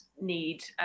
need